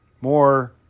more